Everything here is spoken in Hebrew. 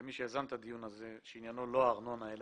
כמי שיזם את הדיון הזה, שעניינו לא הארנונה אלא